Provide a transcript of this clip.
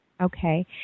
Okay